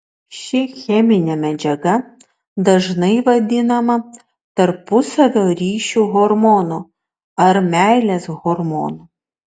ši cheminė medžiaga dažnai vadinama tarpusavio ryšių hormonu ar meilės hormonu